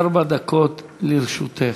ארבע דקות לרשותך.